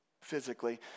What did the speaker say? physically